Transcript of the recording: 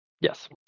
Yes